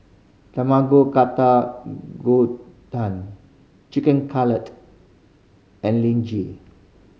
Tamago Gohan Chicken Cutlet and